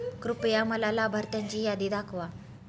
कृपया मला लाभार्थ्यांची यादी दाखवा